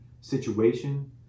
situation